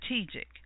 strategic